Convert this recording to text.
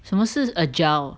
什么是 agile